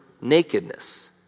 nakedness